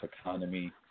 economy